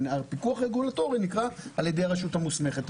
הפיקוח הרגולטורי הוא על ידי הרשות המוסמכת.